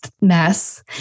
mess